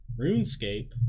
RuneScape